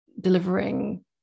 delivering